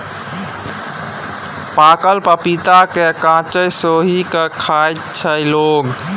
पाकल पपीता केँ कांचे सोहि के खाइत छै लोक